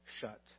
shut